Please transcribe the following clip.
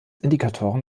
indikatoren